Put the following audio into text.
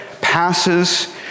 passes